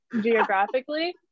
geographically